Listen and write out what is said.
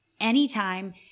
anytime